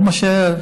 לא מה שהיה,